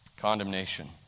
Condemnation